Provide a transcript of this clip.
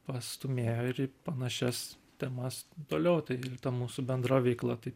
pastūmėjo ir į panašias temas toliau tai mūsų bendra veikla tai